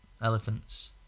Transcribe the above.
elephants